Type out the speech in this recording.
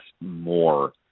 more